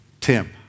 Tim